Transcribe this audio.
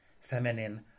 feminine